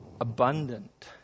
abundant